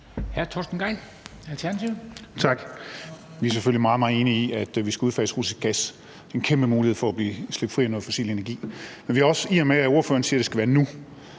Torsten Gejl (ALT): Tak. Vi er selvfølgelig meget, meget enige i, at vi skal udfase russisk gas. Det er en kæmpe mulighed for at slippe fri af brug af noget fossil energi. Men i og med at hr. Jakob Ellemann-Jensen siger, at det skal være nu